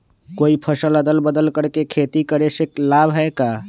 कोई फसल अदल बदल कर के खेती करे से लाभ है का?